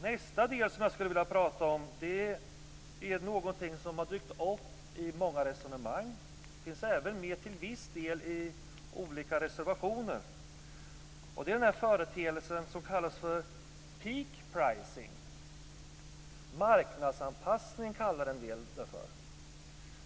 Vidare gäller det någonting som har dykt upp i många resonemang och som till viss del finns med i olika reservationer. Det gäller den företeelse som kallas för peak pricing - marknadsanpassning, som en del säger.